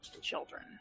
Children